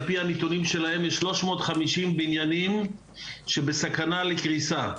על פי הנתונים שלהם יש 350 בניינים בסכנה לקריסה.